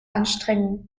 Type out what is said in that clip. anstrengung